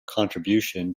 contribution